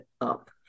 up